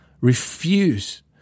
Refuse